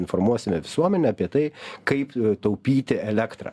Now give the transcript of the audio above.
informuosime visuomenę apie tai kaip taupyti elektrą